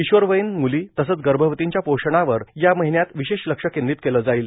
किशोरवयीन मुली तसंच गर्भवतींच्या पोषणावर या महिन्यात विशेष लक्ष केंद्रीत केलं जाईल